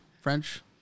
French